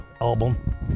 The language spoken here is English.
album